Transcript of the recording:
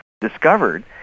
discovered